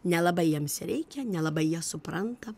nelabai jiems reikia nelabai jie supranta